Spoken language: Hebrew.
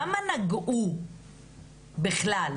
למה נגעו בכלל?